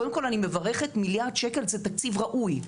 קודם כל אני מברכת, מיליארד שקל זה תקציב ראוי.